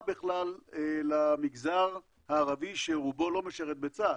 בכלל למגזר הערבי שרובו לא משרת בצה"ל,